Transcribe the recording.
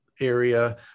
area